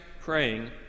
praying